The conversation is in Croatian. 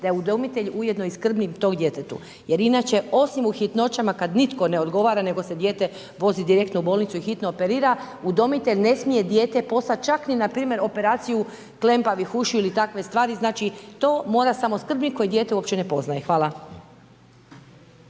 da je udomitelj ujedno i skrbnik tom djetetu, jer inače osim u hitnoćama kada nitko ne odgovara, nego se dijete vozi direktno u bolnicu i hitno operira, udomitelj ne smije dijete poslati čak ni na primjer operaciju klempavih ušiju ili takve stvari. Znači to mora samo skrbnik koji dijete uopće ne poznaje. Hvala.